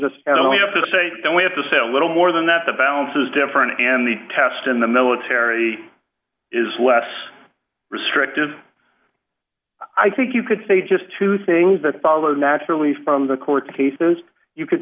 just to say that we have to say a little more than that the balance is different and the test in the military is less restrictive i think you could say just two things that follows naturally from the court cases you could